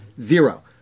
Zero